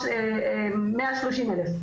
130,000,